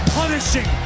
punishing